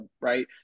right